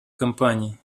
компаний